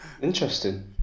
Interesting